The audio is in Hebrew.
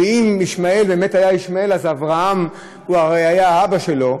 ואם ישמעאל באמת היה ישמעאל אז אברהם הרי היה אבא שלו,